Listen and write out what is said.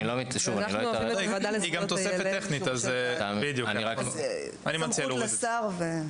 אם זאת תוספת טכנית אני מציע להוריד את זה.